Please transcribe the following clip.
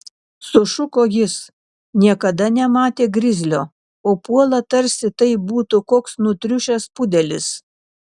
sušuko jis niekada nematė grizlio o puola tarsi tai būtų koks nutriušęs pudelis